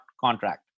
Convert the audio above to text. contract